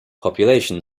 population